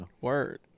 Word